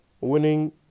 winning